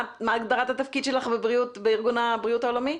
מה הגדרת התפקיד שלך בארגון הבריאות העולמי?